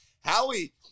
Howie –